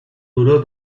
duró